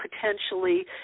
potentially